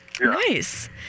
Nice